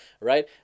right